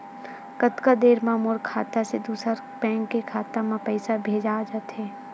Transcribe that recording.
कतका देर मा मोर खाता से दूसरा बैंक के खाता मा पईसा भेजा जाथे?